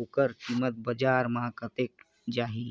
ओकर कीमत बजार मां कतेक जाही?